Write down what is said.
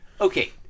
okay